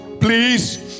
please